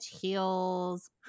heels